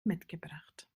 mitgebracht